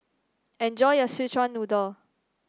enjoy your Szechuan Noodle